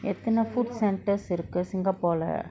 எத்தன:ethana food centres இருக்கு:irukku singapore lah